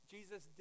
Jesus